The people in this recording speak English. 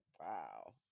wow